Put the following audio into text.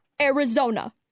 Arizona